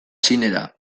txinera